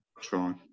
Try